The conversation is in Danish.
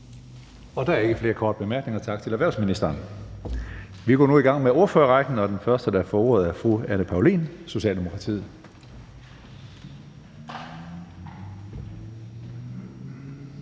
Der er ikke flere korte bemærkninger. Tak til erhvervsministeren. Vi går nu i gang med selve ordførerrækken, og den første ordfører, der får ordet, er hr. Kim Aas, Socialdemokratiet.